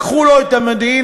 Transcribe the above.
לקחו לו את המודיעין,